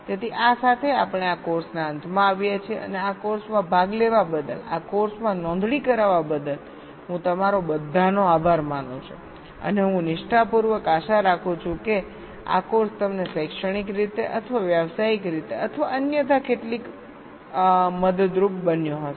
તેથી આ સાથે આપણે આ કોર્સના અંતમાં આવીએ છીએ અને આ કોર્સમાં ભાગ લેવા બદલ આ કોર્સમાં નોંધણી કરાવવા બદલ હું તમારો બધાનો આભાર માનું છું અને હું નિષ્ઠાપૂર્વક આશા રાખું છું કે આ કોર્સ તમને શૈક્ષણિક રીતે અથવા વ્યવસાયિક રીતે અથવા અન્યથા કેટલીક મદદરૂપ બન્યો છે